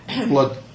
blood